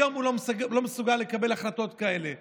היום הוא לא מסוגל לקבל החלטות כאלה.